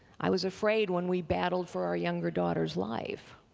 i was afraid when we battled for our younger daughter's life.